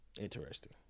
Interesting